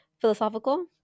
philosophical